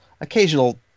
occasional